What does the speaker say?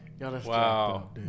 Wow